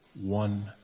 one